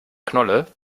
knolle